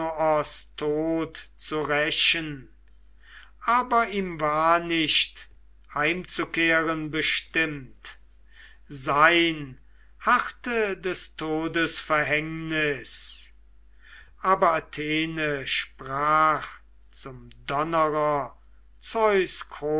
tod zu rächen aber ihm war nicht heimzukehren bestimmt sein harrte des todes verhängnis aber athene sprach zum donnerer